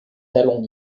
talons